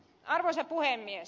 arvoisa puhemies